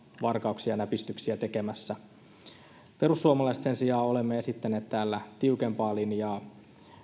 varkauksia ja näpistyksiä tekemässä me perussuomalaiset sen sijaan olemme esittäneet täällä tiukempaa linjaa